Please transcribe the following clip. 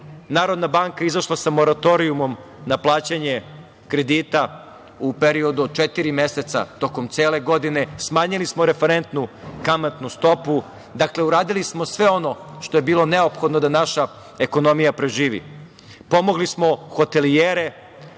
Narodna banka je izašla sa moratorijumom na plaćanje kredita u periodu od četiri meseca tokom cele godine. Smanjili smo referentnu kamatnu stopu. Dakle, uradili smo sve ono što je bilo neophodno da naša ekonomija preživi. Pomogli smo hotelijere,